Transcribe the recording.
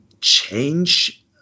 change